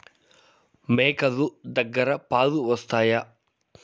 మేక లు దగ్గర పాలు వస్తాయా?